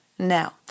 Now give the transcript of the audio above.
Now